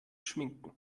schminken